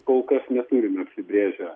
kol kas neturime apsibrėžę